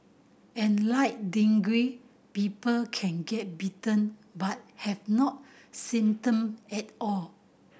and like dengue people can get bitten but have no symptom at all